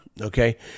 okay